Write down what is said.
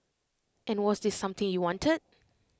and was this something you wanted